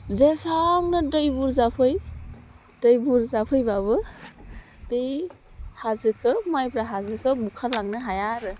जेसांनो दै बुरजा फै दै बुरजा फैब्लाबो बे हाजोखो माइब्रा हाजोखो बुखारलांनो हाया आरो